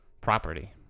property